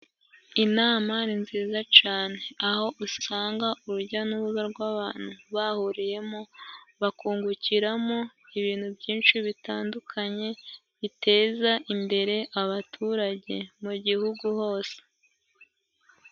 Inama ni nziza cyane aho usanga urujya n'uruza rw'abantu bahuriyemo, bakungukiramo ibintu byinshi bitandukanye, biteza imbere abaturage mu gihugu hose.